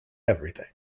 everything